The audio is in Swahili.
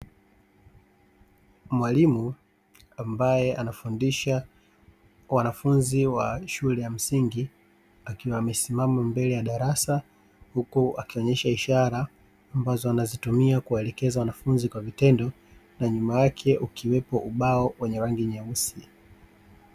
Mwalimu ambaye anafundisha wanafunzi wa shule ya msingi, akiwa amesimama mbele ya darasa huku akionyesha ishara ambazo anazitumia kuwaelekeza wanafunzi kwa vitendo na nyuma yake ukiwepo ubao wenye rangi nyeusi.